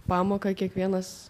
pamoką kiekvienas